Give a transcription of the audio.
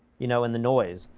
you know, in the noise,